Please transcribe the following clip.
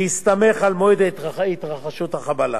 בהסתמך על מועד התרחשות החבלה.